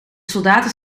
soldaten